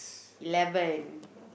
eleven